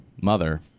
mother